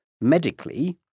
medically